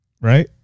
Right